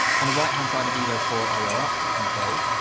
on the right hand side of evo four are your output controls.